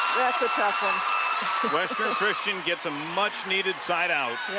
that's tough. ah western christian gets a much needed side out.